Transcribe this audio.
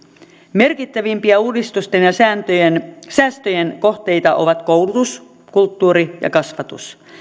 merkittävimpiä uudistusten ja säästöjen kohteita ovat koulutus kulttuuri ja kasvatus